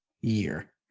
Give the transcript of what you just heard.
year